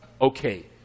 Okay